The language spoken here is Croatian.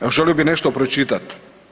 Evo, želio bi nešto pročitati.